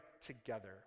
together